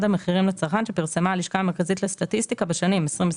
המהירים לצרכן שפרסמה הלשכה המרכזית לסטטיסטיקה בשנים 2023,